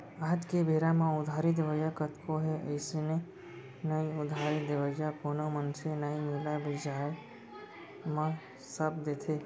आज के बेरा म उधारी देवइया कतको हे अइसे नइ उधारी देवइया कोनो मनसे नइ मिलय बियाज म सब देथे